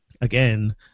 again